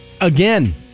again